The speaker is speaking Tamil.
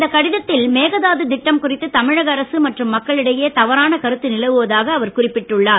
இந்த கடித்த்தில் மேகதாது திட்டம் குறித்து தமிழக அரசு மற்றும் மக்களிடையே தவறான கருத்து நிலவுவதாக அவர் குறிப்பிட்டுள்ளார்